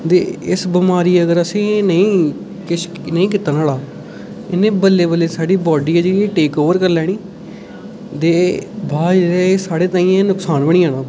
ते इस बमारी दा अगर असें नेईं किश कीता नाढ़ा इसनै बल्लें बल्लें साढ़ी बाड्डी टेक ओवर करी लैनी ते बाद बिच एह् साढे़ नुकसान बनी जाना